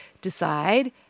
decide